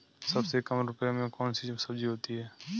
सबसे कम रुपये में कौन सी सब्जी होती है?